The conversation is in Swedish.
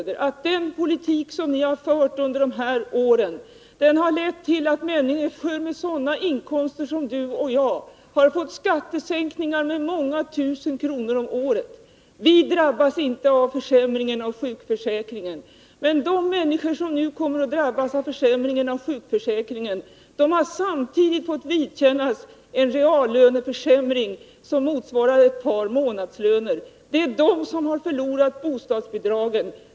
Den politik som ni har fört under de här åren har lett till att människor med sådana inkomster som Karin Söder och jag har fått skattesänkningar med många tusen kronor om året. Vi drabbas inte av försämringen i sjukförsäkringen. Men de människor som nu kommer att göra det har också fått vidkännas en reallöneförsämring som motsvarar ett par månadslöner. Det är de som har förlorat bostadsbidragen.